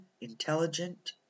intelligent